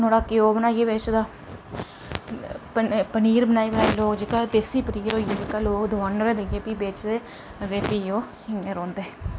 नुआढ़ा घयो बनाइयै बेचदा पनीर बनाई बनाई लोक जेह्का देसी पनीर होई आ जेह्का लोक दकानै र दिंदे भी ओह् बेचना